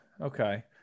okay